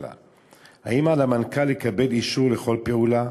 האם על המנכ"ל לקבל אישור לכל פעולה,